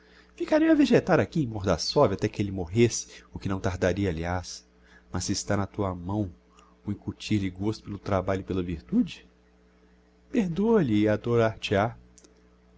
a vegetar aqui em mordassov até que elle morresse o que não tardaria aliás mas se está na tua mão o incutir-lhe gosto pelo trabalho e pela virtude perdoa lhe